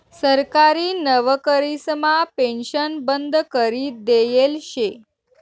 सरकारी नवकरीसमा पेन्शन बंद करी देयेल शे